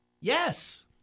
Yes